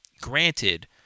Granted